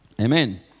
Amen